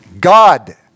God